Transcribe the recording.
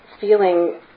feeling